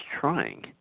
trying